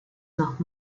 noch